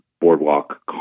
Boardwalk